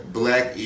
black